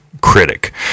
critic